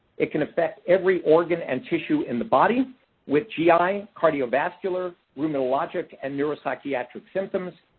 it can affect every organ and tissue in the body with gi, cardiovascular, rheumatologic, and neuropsychiatric symptoms.